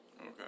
Okay